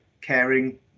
caring